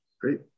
Great